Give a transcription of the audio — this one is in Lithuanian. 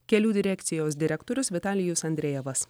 kelių direkcijos direktorius vitalijus andrejevas